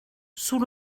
sous